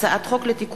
הצעת חוק לתיקון